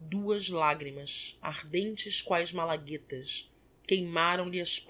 duas lágrymas ardentes quaes malaguetas queimaram lhe as